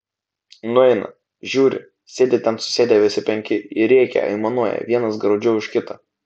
nueina žiūri sėdi ten susėdę visi penki ir rėkia aimanuoja vienas graudžiau už kitą